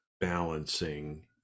balancing